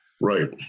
Right